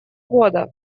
года